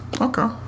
Okay